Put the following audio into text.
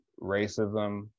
racism